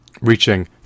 reaching